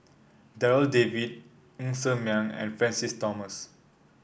Darryl David Ng Ser Miang and Francis Thomas